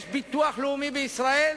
יש ביטוח לאומי בישראל,